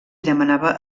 demanava